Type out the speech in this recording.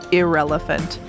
irrelevant